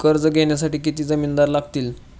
कर्ज घेण्यासाठी किती जामिनदार लागतील?